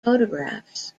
photographs